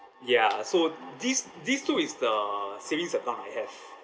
ya so these these two is the savings account I have